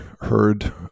heard